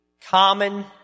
common